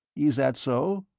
is that so?